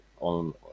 on